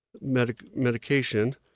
medication